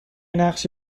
نقش